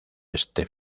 este